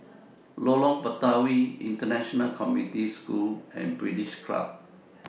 Lorong Batawi International Community School and British Club